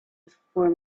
before